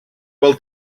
vol